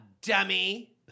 dummy